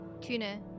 Tuna